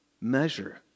measure